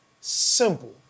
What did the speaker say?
Simple